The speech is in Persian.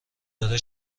داره